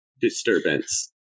disturbance